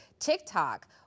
TikTok